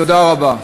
תודה רבה.